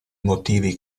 motivi